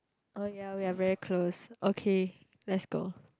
oh ya we're very close okay let's go